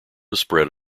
spread